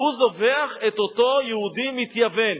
והוא זובח את אותו יהודי מתייוון.